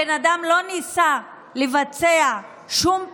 הבן אדם לא ניסה לבצע שום פעולה,